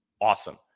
awesome